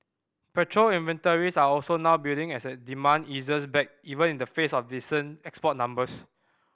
petrol inventories are also now building as a demand eases back even in the face of decent export numbers